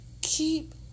Keep